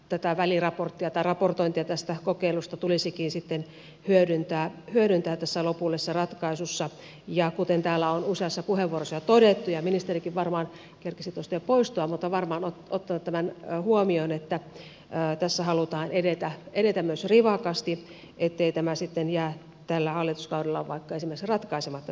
tätä väliraporttia tai raportointia tästä kokeilusta tulisikin sitten hyödyntää tässä lopullisessa ratkaisussa ja kuten täällä on useassa puheenvuorossa jo todettu ja ministerikin varmaan kerkisi tuosta jo poistua mutta varmaan ottavat tämän huomioon tässä halutaan edetä myös rivakasti ettei tämä terveydenhuollon osuus sitten jää tällä hallituskaudella vaikka esimerkiksi ratkaisematta